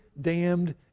damned